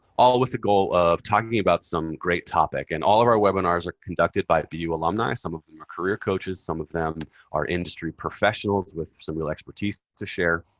all with the goal of talking about some great topic. and all of our webinars are conducted by bu alumni. some of them are career coaches. some of them are industry professionals with some real expertise to share.